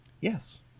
yes